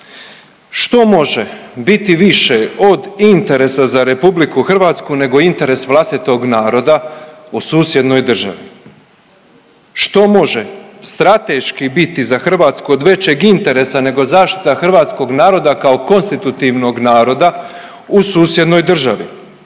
Što može biti više od interesa za RH nego interes vlastitog naroda o susjednoj državi? Što može strateški biti za Hrvatsku od većeg interesa nego zaštita hrvatskog naroda kao konstitutivnog naroda u susjednoj državi?